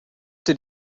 did